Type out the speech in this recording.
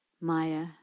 Maya